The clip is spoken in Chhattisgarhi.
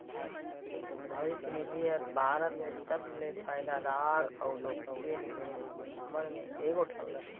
भविस निधि हर भारत में सबले फयदादार अउ लोकप्रिय निवेस मन में एगोट हवें